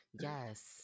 yes